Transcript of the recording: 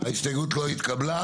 ההסתייגות לא התקבלה.